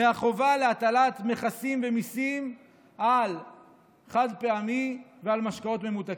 מהחובה להטלת מכסים ומיסים על חד-פעמי ועל משקאות ממותקים.